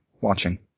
watching